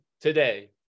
today